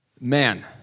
Man